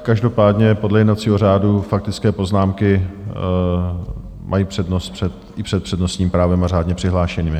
Každopádně podle jednacího řádu faktické poznámky mají přednost i před přednostním právem a řádně přihlášenými.